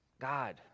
God